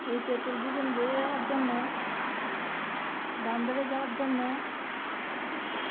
এই petrol diesel বেড়ে যাওয়ার জন্যে দাম বেড়ে যাওয়ার জন্যে